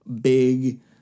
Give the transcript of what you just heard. big